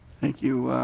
thank you.